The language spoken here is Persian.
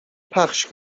پخش